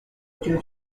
due